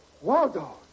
Waldo